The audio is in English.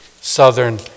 southern